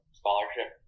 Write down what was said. scholarship